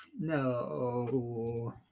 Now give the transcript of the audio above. No